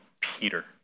Peter